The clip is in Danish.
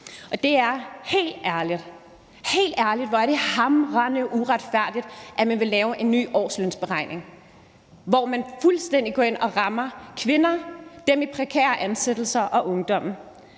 forringelser. Helt ærligt, hvor er det hamrende uretfærdigt, at man vil lave en ny årslønsberegning, hvor man fuldstændig går ind og rammer kvinder, dem i prekære ansættelser og ungdommen.